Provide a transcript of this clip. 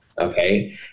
Okay